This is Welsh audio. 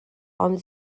ond